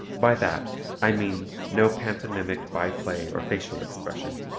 by that i mean no pantomimic by-play or facial expression.